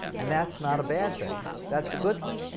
and that's not a bad thing, that's a good thing.